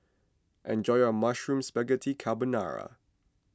enjoy your Mushroom Spaghetti Carbonara